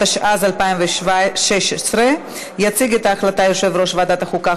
התשע"ז 2016. יציג את ההחלטה יושב-ראש ועדת החוקה,